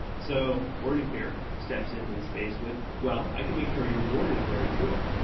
so originclear steps into the space with, well, i can make sure your water is very pure,